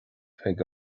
chuig